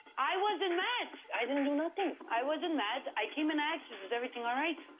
i wasn't mad! i didn't do nothing. i wasn't mad, i came and asked is is everything all right?